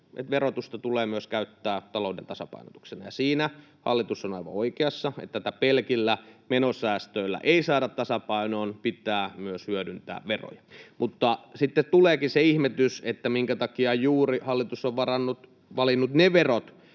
myös verotusta tulee käyttää talouden tasapainotukseen. Siinä hallitus on aivan oikeassa, että pelkillä menosäästöillä tätä ei saada tasapainoon, vaan pitää myös hyödyntää veroja. Mutta sitten tuleekin se ihmetys, että minkä takia hallitus on valinnut juuri ne verot,